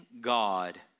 God